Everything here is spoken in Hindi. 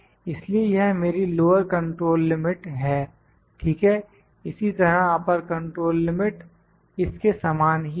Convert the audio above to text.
इसलिए यह मेरी लोअर कंट्रोल लिमिट है ठीक है इसी तरह अपर कंट्रोल लिमिट इसके समान ही होगी